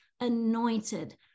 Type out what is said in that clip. anointed